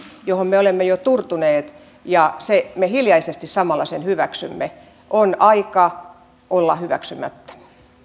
johon me olemme jo turtuneet ja jonka me valitettavasti hiljaisesti samalla hyväksymme on aika olla hyväksymättä